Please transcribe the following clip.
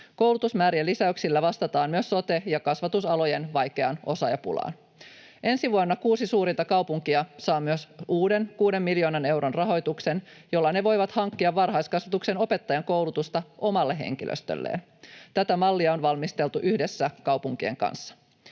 Koulutusmäärien lisäyksillä vastataan myös sote- ja kasvatusalojen vaikeaan osaajapulaan. Ensi vuonna kuusi suurinta kaupunkia saa myös uuden 6 miljoonan euron rahoituksen, jolla ne voivat hankkia varhaiskasvatuksen opettajankoulutusta omalle henkilöstölleen. Tätä mallia on valmisteltu yhdessä kaupunkien kanssa.